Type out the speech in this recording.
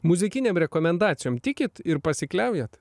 muzikinėm rekomendacijom tikit ir pasikliaujat